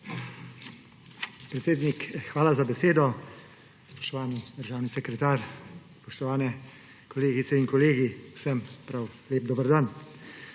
Predsednik, hvala za besedo. Spoštovani državni sekretar, spoštovane kolegice in kolegi, vsem prav lep dober dan!